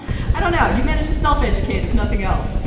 and you know you managed to self-educate if something else.